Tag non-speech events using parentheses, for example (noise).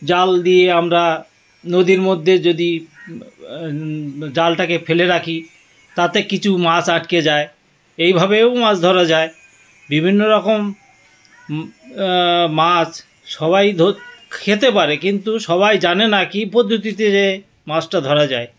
জাল দিয়ে আমরা নদীর মধ্যে যদি জালটাকে ফেলে রাখি তাতে কিছু মাছ আটকে যায় এইভাবেও মাছ ধরা যায় বিভিন্ন রকম মাছ সবাই ধত্ত (unintelligible) খেতে পারে কিন্তু সবাই জানে না কী পদ্ধতিতে যে মাছটা ধরা যায়